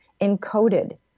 encoded